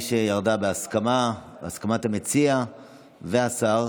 הבנתי שירדה בהסכמת המציע והשר.